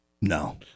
No